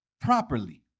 properly